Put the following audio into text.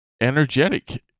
energetic